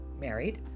married